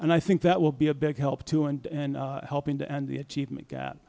and i think that will be a big help to and helping to end the achievement ga